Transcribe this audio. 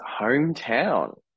hometown